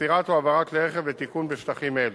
במסירה או העברה של כלי רכב לתיקון בשטחים אלה.